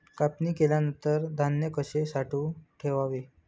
कापणी केल्यानंतर धान्य कसे साठवून ठेवावे?